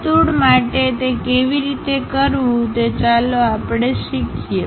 વર્તુળ માટે તે કેવી રીતે કરવું તે ચાલો આપણે તે શીખીએ